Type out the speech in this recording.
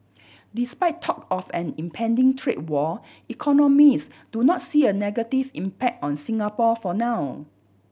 despite talk of an impending trade war economists do not see a negative impact on Singapore for now